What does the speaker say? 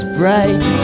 bright